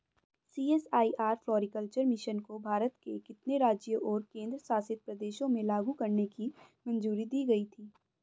CSIR floriculture mission को भारत के कितने राज्यों और केंद्र शासित प्रदेशों में लागू करने की मंजूरी दी गई थी?